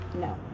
No